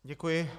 Děkuji.